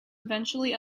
eventually